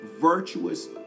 virtuous